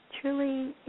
truly